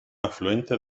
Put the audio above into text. afluente